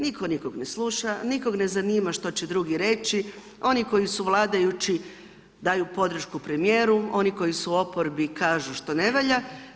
Nitko nikog ne sluša, nikog ne zanima što će drugi reći, oni koji su vladajući daju podršku premijeru, oni koji su u oporbi kažu što ne valja.